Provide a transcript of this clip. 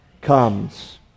comes